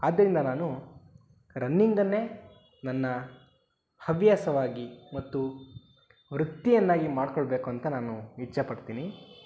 ಆದ್ದರಿಂದ ನಾನು ರನ್ನಿಂಗನ್ನೇ ನನ್ನ ಹವ್ಯಾಸವಾಗಿ ಮತ್ತು ವೃತ್ತಿಯನ್ನಾಗಿ ಮಾಡಿಕೊಳ್ಬೇಕು ಅಂತ ನಾನು ಇಚ್ಛೆ ಪಡ್ತೀನಿ